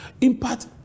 Impact